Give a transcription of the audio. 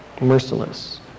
Merciless